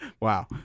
Wow